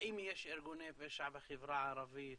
האם יש ארגוני פשע בחברה הערבית,